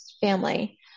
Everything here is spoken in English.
family